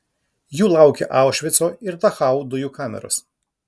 jų laukė aušvico ir dachau dujų kameros